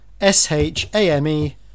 s-h-a-m-e